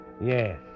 Yes